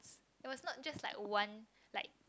it was not just like one like